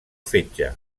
fetge